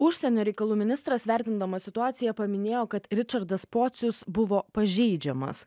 užsienio reikalų ministras vertindamas situaciją paminėjo kad ričardas pocius buvo pažeidžiamas